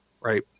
right